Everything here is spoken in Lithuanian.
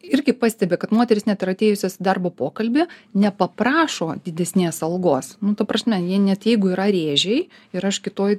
irgi pastebi kad moterys net ir atėjusios į darbo pokalbį nepaprašo didesnės algos nu ta prasme ji net jeigu yra rėžiai ir aš kitoj